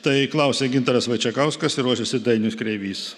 tai klausia gintaras vaičekauskas ir ruošiasi dainius kreivys